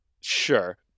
Sure